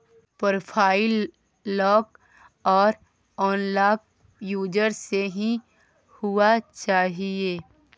profile lock आर unlock user से ही हुआ चाहिए